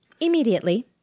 Immediately